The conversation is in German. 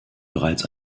bereits